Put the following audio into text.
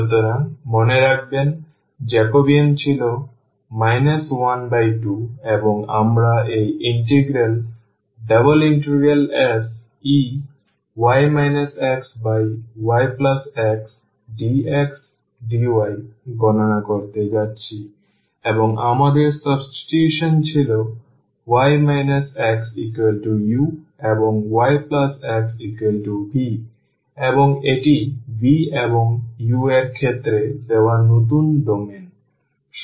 সুতরাং মনে রাখবেন জ্যাকোবিয়ান ছিল 12 এবং আমরা এই ইন্টিগ্রাল Sey xyxdxdy গণনা করতে যাচ্ছি এবং আমাদের সাবস্টিটিউশন ছিল y xu এবং yxv এবং এটি v এবং u এর ক্ষেত্রে দেওয়া নতুন ডোমেইন